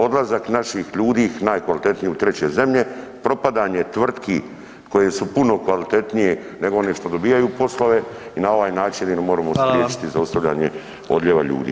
Odlazak naših ljudi najkvalitetnijih u treće zemlje, propadanje tvrtki koje su puno kvalitetnije nego one što dobijaju poslove i na ovaj način jedino moremo spriječiti zaustavljanje odljeva ljudi.